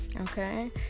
Okay